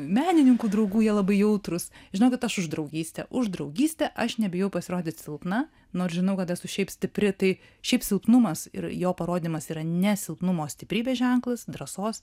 menininkų draugų jie labai jautrūs žinokit aš už draugystę už draugystę aš nebijau pasirodyt silpna nors žinau kad esu šiaip stipri tai šiaip silpnumas ir jo parodymas yra ne silpnumo stiprybės ženklas drąsos